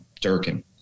Durkin